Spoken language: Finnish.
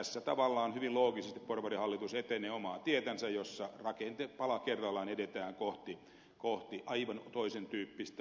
tässä tavallaan hyvin loogisesti porvarihallitus etenee omaa tietänsä jossa rakentamalla pala kerrallaan edetään kohti aivan toisen tyyppistä ylipistojärjestelmää kuin tällä hetkellä